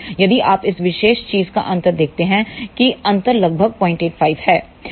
यदि आप इस विशेष चीज का अंतर देखते हैं कि अंतर लगभग 085 है